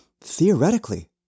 theoretically